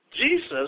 Jesus